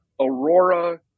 Aurora